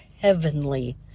heavenly